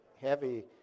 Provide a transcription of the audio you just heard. heavy